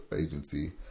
agency